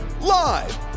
live